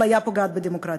אפליה פוגעת בדמוקרטיה,